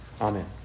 Amen